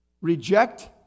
Reject